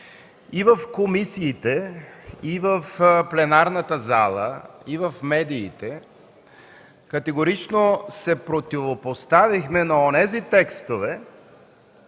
и в комисиите, и в пленарната зала, и в медиите категорично се противопоставихме на онези текстове,